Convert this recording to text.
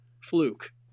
fluke